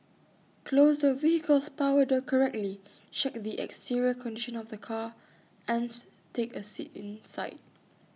close the vehicle's power door correctly check the exterior condition of the car ans take A seat inside